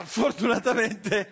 fortunatamente